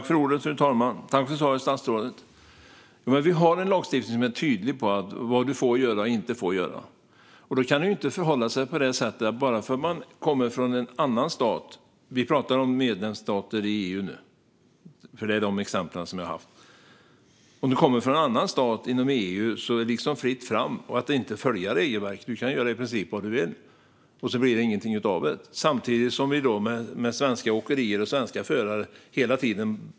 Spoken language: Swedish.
Fru talman! Tack för svaret, statsrådet! Vi har en lagstiftning som är tydlig med vad du får göra och vad du inte får göra. Då kan det inte vara så att bara för att du kommer från en annan stat - vi pratar nu om medlemsstater i EU, för det är sådana exempel jag har - är det fritt fram att inte följa regelverket och att göra i princip vad du vill utan att det blir någonting av det, samtidigt som vi hela tiden bötfäller svenska åkerier och svenska förare.